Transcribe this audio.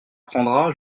prendras